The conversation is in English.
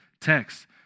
text